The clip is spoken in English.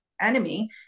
enemy